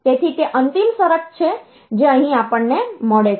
તેથી તે અંતિમ શરત છે જે અહીં આપણને મળે છે